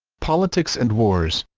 politics and wars